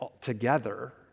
together